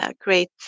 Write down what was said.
great